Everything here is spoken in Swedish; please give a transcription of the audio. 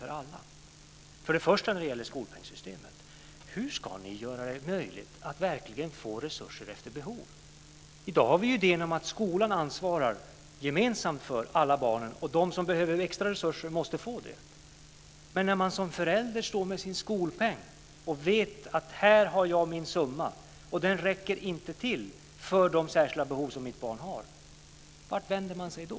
När det gäller skolpengssystemet undrar jag hur ni ska göra det möjligt för barnen att verkligen få resurser efter behov. I dag får de det i och med att skolan ansvarar för alla barnen, och de som behöver extra resurser måste få det. Men en förälder kan stå med sin skolpeng och veta att det är hans eller hennes summa och att den inte räcker till för de särskilda behov som hans eller hennes barn har. Vart vänder man sig då?